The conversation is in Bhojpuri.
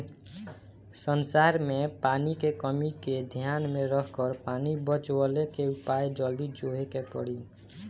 संसार में पानी के कमी के ध्यान में रखकर पानी बचवले के उपाय जल्दी जोहे के पड़ी